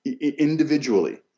individually